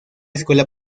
escuela